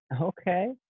Okay